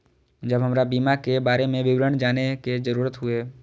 जब हमरा बीमा के बारे में विवरण जाने के जरूरत हुए?